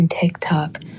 TikTok